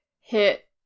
hit